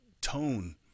tone